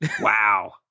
Wow